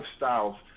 lifestyles